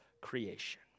creation